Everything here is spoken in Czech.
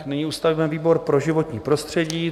Nyní ustavíme výbor pro životní prostředí.